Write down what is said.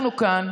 אנחנו כאן,